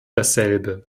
dasselbe